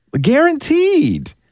Guaranteed